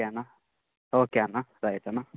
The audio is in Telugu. ఓకే అన్న ఓకే అన్న రైట్ అన్న